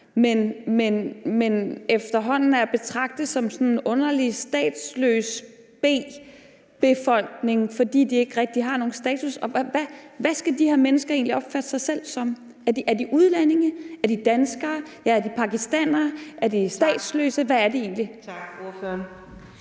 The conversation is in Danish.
som efterhånden er at betragte som sådan en underlig statsløs B-befolkning, fordi de ikke rigtig har nogen status. Hvad skal de her mennesker egentlig opfatte sig selv som? Er de udlændinge? Er de danskere? Er de pakistanere? Er de statsløse? Hvad er de egentlig? Kl. 15:49 Anden